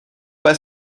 pas